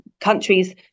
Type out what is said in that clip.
countries